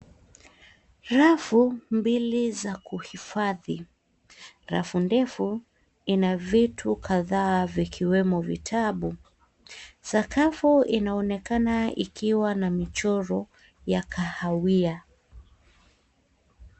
Rafu mbili za kuhifadhi. Rafu ndefu ina vitu kadhaa vikiwemo vitabu. Sakafu inaonekana ikiwa na michoro ya kahawia.